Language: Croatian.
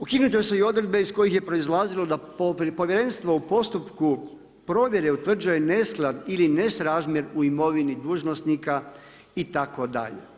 Ukinute su i odredbe iz kojih je proizlazilo da povjerenstvo u postupku provjere utvrđuje nesklad ili nesrazmjer u imovini dužnosnika itd.